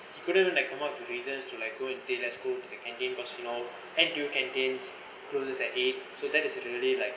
he couldn't come up with a reasons to like go and say let's go to the canteen because you know at do canteens closes at eight so that is really like